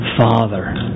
Father